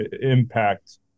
impact